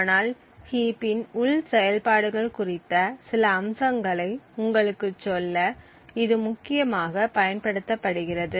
ஆனால் ஹீப்பின் உள் செயல்பாடுகள் குறித்த சில அம்சங்களை உங்களுக்குச் சொல்ல இது முக்கியமாகப் பயன்படுத்தப்படுகிறது